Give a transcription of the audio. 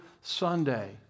Sunday